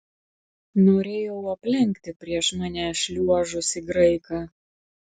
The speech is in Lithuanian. norėjau aplenkti prieš mane šliuožusį graiką